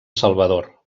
salvador